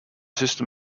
system